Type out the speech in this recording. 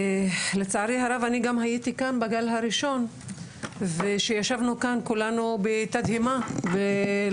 לצערי הרב אני גם הייתי כאן בגל הראשון וישבנו כאן כולנו בתדהמה ולא